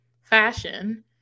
fashion